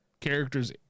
characters